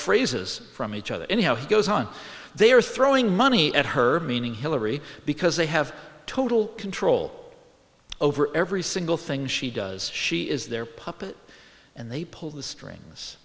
phrases from each other and how he goes on they are throwing money at her meaning hillary because they have total control over every single thing she does she is their puppet and they pull the strings